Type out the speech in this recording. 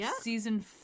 season